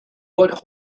but